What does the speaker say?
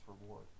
reward